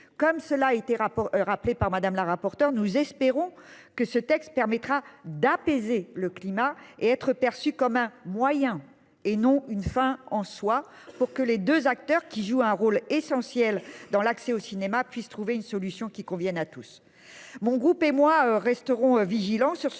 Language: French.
comme cela été rapport rappelée par Madame la rapporteure. Nous espérons que ce texte permettra d'apaiser le climat et être perçu comme un moyen et non une fin en soi pour que les 2 acteurs qui jouent un rôle essentiel dans l'accès au cinéma puisse trouver une solution qui convienne à tous. Mon groupe et moi-resteront vigilants sur ce sujet